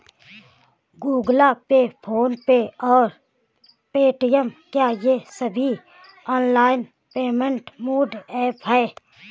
Google Pay PhonePe और Paytm क्या ये सभी ऑनलाइन पेमेंट मोड ऐप हैं?